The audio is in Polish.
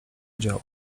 działo